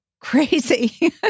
crazy